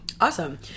awesome